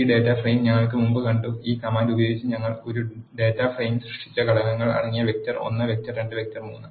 ഈ data frame ഞങ്ങൾ മുമ്പ് കണ്ടു ഈ കമാൻഡ് ഉപയോഗിച്ച് ഞങ്ങൾ ഒരു ഡാറ്റ ഫ്രെയിം സൃഷ്ടിച്ച ഘടകങ്ങൾ അടങ്ങിയ വെക്റ്റർ 1 വെക്റ്റർ 2 വെക്റ്റർ 3